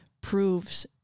proves